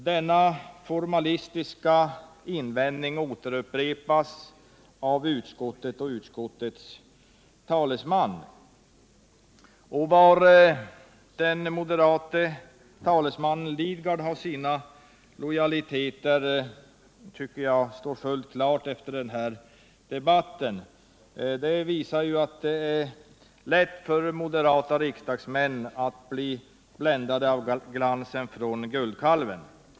Denna formalistiska invändning återupprepas av utskottet och utskottets talesman. Och var den moderate talesmannen Bertil Lidgard har sina lojaliteter står fullt klart efter den här debatten. Det visar att det är lätt för moderata riksdagsmän att bli bländade av glansen från guldkalven.